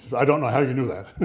i don't know how you knew that.